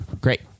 Great